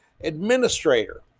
Administrator